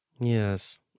Yes